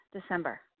December